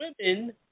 women